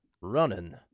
running